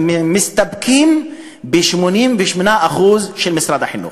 מסתפקות ב-68% של משרד החינוך.